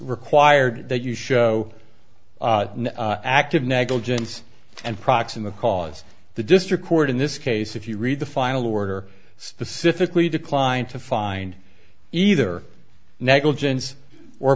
required that you show active negligence and proximate cause the district court in this case if you read the final order specifically declined to find either negligence or